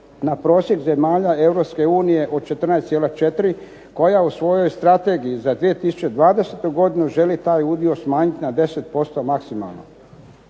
na prosjek zemalja Europske unije od 14,4 koja u svojoj strategiji za 2020. godinu želi taj udio smanjiti na 10% maksimalno.